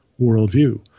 worldview